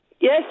Yes